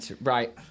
Right